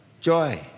joy